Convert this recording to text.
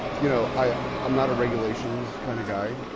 you know i'm um not a regulations kind of guy,